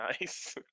nice